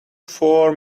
four